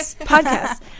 podcast